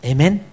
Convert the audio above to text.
Amen